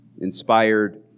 inspired